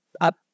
up